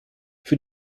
für